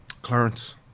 Clarence